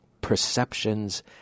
perceptions